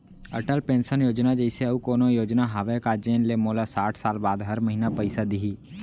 Atal pension Yojana जइसे अऊ कोनो योजना हावे का जेन ले मोला साठ साल बाद हर महीना पइसा दिही?